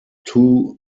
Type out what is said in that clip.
two